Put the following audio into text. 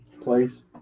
place